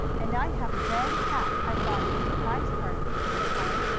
and i have a red hat i got at a surprise party, said helen.